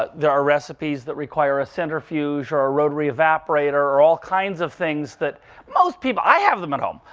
but there are recipes that require a centrifuge, or a rotary evaporator, or all kinds of things that most people i have them at home,